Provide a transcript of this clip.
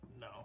no